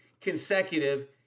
consecutive